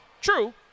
True